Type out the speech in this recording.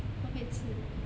都可以吃的